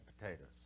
potatoes